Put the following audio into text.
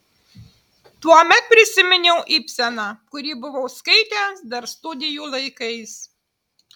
tuomet prisiminiau ibseną kurį buvau skaitęs dar studijų laikais